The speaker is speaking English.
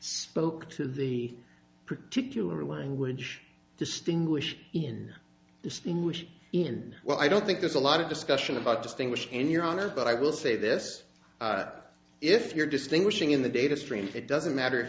spoke to the particular language distinguish in distinguish in well i don't think there's a lot of discussion about distinguish n your honor but i will say this if you're distinguishing in the data stream it doesn't matter if